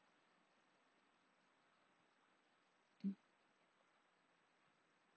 mm